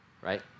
Right